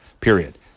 period